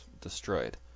destroyed